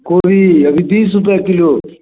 गोभी अभी बीस रुपया किलो